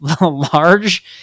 large